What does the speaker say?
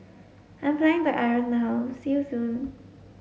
I'm flying the Ireland now see you soon